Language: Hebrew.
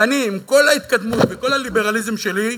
ואני, עם כל ההתקדמות וכל הליברליזם שלי,